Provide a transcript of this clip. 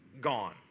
gone